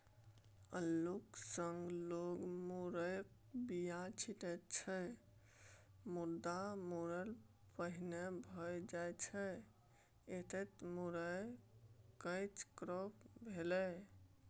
अल्लुक संग लोक मुरयक बीया छीटै छै मुदा मुरय पहिने भए जाइ छै एतय मुरय कैच क्रॉप भेलै